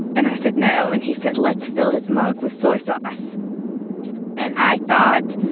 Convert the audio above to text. and i said, no. and he said, let's fill his mug with soy sauce and i thought,